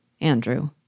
Andrew